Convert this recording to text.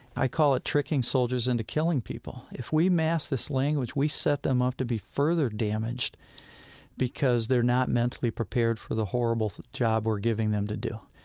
i call it tricking soldiers into killing people. if we mask this language, we set them up to be further damaged because they're not mentally prepared for the horrible job we're giving them to do.